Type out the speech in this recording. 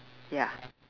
ya